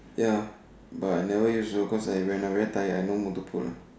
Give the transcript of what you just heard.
ya but I never use though cause I was very tired and no mood to put lah